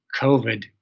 COVID